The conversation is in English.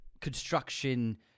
construction